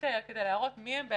ולמעלה מ-20%